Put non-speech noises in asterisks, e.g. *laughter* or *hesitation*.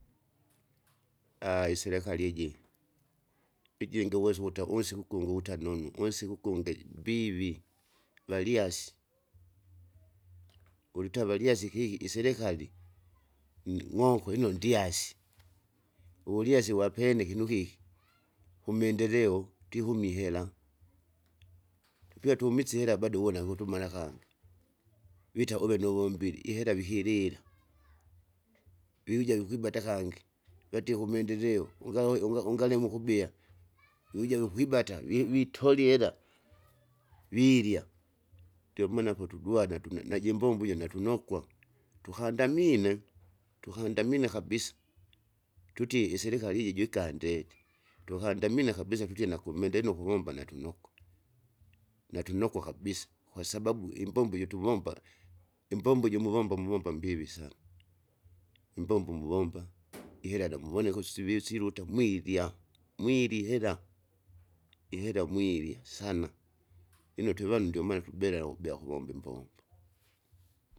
*hesitation* iserekari iji, ijingiwesa ukute unsiku kungi uwuta nonu unsiku ukungi mbivi, valyasi, uluta valyasi kiki iserekali, ng'oko lino ndyasi uvulyasi wapene kini kiki, kumaendeleo twiihumi ihera, tupie tumise ihera bado uwona kutumala kangi, wita uve nuwumbili ihera vikirira. Vikuja wikwibata kangi watie kumaendeleo ungalui unga- ungalima ukubia wija wukwibata vi- vitolie ela virya ndimaana apo tudwana tuna najimbmbo ijo natunokwa, tukandamine! tukandamine kabusa, tutie iserekali iji juikandeti tukandamina kabisa tutie nakumaende lino ukuvomba natunokwa. Natunokwa kabisa, kwasababu imbmbo ijo tuvomba, imbomo ijo muvomba movomba mbivi sana, imbombo muvomba *noise* ihera namuvone kusivi siruta mwirya, mwirya ihera, ihera mwirya sana, lino twevandu ndiomaana tubera nukubea kuvomba imbombo.